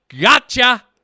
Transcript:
gotcha